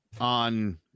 on